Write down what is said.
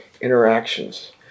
interactions